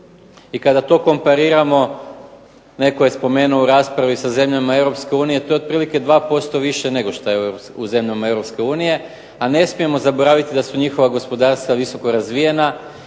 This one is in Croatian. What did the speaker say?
i kada to kompariramo, netko je spomenuo u raspravi, sa zemljama EU to je otprilike 2% više nego što je u zemljama EU, a ne smijemo zaboraviti da su njihova gospodarstva visoko razvijena